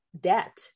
debt